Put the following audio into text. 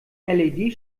led